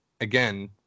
again